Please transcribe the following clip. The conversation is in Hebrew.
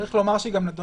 צריך לומר שהיא גם נדונה